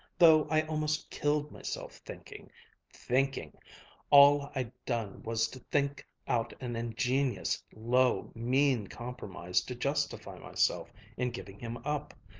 though i almost killed myself thinking thinking all i'd done was to think out an ingenious, low, mean compromise to justify myself in giving him up.